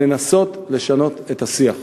ולנסות לשנות את השיח.